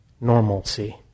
normalcy